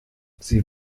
sie